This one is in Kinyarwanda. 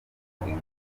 inkunga